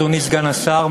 אדוני סגן השר,